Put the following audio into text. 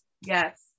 yes